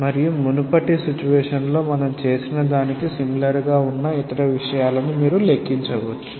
మరియు మునుపటి సందర్భంలో మనం చేసినదానికి సిమిలర్ గా ఉన్న ఇతర విషయాలను మీరు లెక్కించవచ్చు